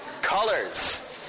colors